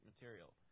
material